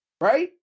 Right